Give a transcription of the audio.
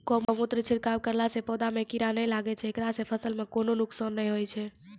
गोमुत्र के छिड़काव करला से पौधा मे कीड़ा नैय लागै छै ऐकरा से फसल मे कोनो नुकसान नैय होय छै?